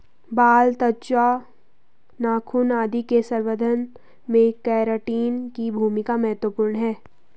बाल, त्वचा, नाखून आदि के संवर्धन में केराटिन की भूमिका महत्त्वपूर्ण है